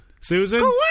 Susan